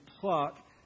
pluck